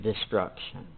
destruction